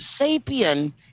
sapien